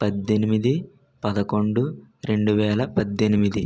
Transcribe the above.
పద్దెనిమిది పదకొండు రెండు వేల పద్దెనిమిది